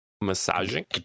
Massaging